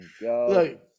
Look